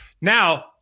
now